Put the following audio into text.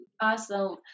Awesome